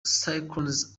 cyclones